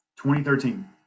2013